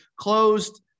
closed